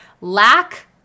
lack